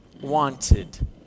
wanted